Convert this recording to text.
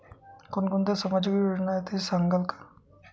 कोणकोणत्या सामाजिक योजना आहेत हे सांगाल का?